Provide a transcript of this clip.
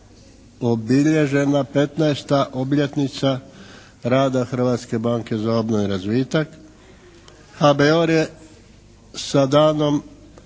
obilježena 15. obljetnica rada Hrvatske banke za obnovu i razvitak. HBOR je sa danom